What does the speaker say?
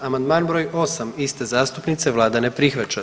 Amandman br. 8 iste zastupnice, Vlada ne prihvaća.